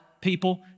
people